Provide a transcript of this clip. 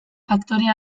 faktore